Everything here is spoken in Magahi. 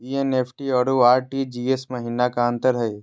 एन.ई.एफ.टी अरु आर.टी.जी.एस महिना का अंतर हई?